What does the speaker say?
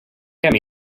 kemm